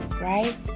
right